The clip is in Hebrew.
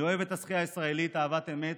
אני אוהב את השחייה הישראלית אהבת אמת,